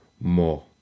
more